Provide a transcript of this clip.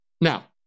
Now